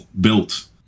built